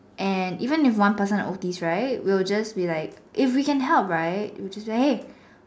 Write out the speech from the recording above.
and even if one person O_T right we'll just be like if we can help right we'll just say hey